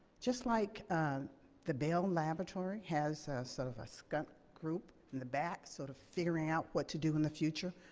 just like the bell laboratory has sort of a stunt group in the back sort of figuring out what to do in the future,